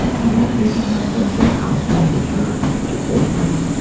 you know, maybe joint counseling with your, with your boyfriend.